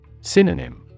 Synonym